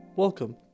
Welcome